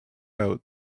out